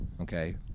okay